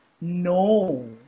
No